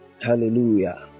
hallelujah